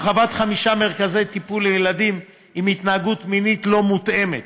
הרחבת חמישה מרכזי טיפול לילדים עם התנהגות מינית לא מותאמת,